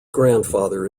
grandfather